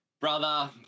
brother